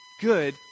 good